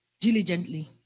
diligently